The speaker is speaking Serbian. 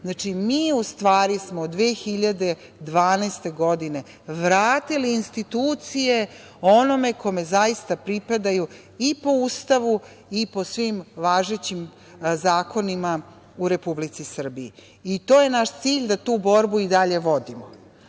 Znači, mi smo u stvari 2012. godine vratili institucije onome kome zaista pripadaju i po Ustavu i po svim važećim zakonima u Republici Srbiji i to je naš cilj da tu borbu i dalje vodimo.